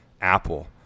Apple